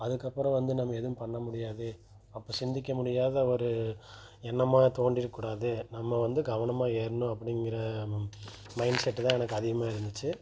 அதுக்கப்புறம் வந்து நம்ம எதுவும் பண்ண முடியாது அப்போ சிந்திக்க முடியாத ஒரு எண்ணமாக தோன்றிவிடக்கூடாது நம்ம வந்து கவனமாக ஏறணும் அப்படிங்குற மைண்ட் செட்டு தான் எனக்கு அதிகமாக இருந்துச்சு